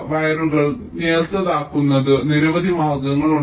വയറുകൾ നേർത്തതാക്കുന്നത് നിരവധി മാർഗങ്ങളുണ്ട്